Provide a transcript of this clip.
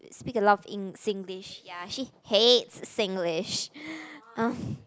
speak a lot of Eng~ Singlish ya she hates Singlish